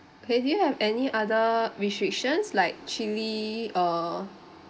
okay do you have any other restrictions like chili or